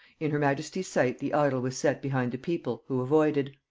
in her majesty's sight the idol was set behind the people, who avoided.